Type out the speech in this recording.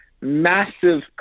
massive